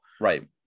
Right